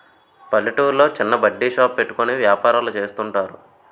పల్లెటూర్లో చిన్న బడ్డీ షాప్ పెట్టుకుని వ్యాపారాలు చేస్తుంటారు